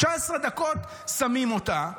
19 דקות שמים אותה,